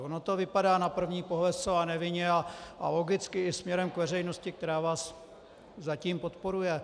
Ono to vypadá na první pohled zcela nevinně a logicky i směrem k veřejnosti, která vás zatím podporuje.